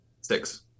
Six